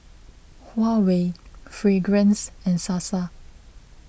Huawei Fragrance and Sasa